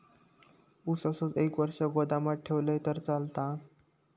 ऊस असोच एक वर्ष गोदामात ठेवलंय तर चालात?